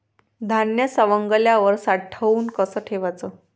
धान्य सवंगल्यावर साठवून कस ठेवाच?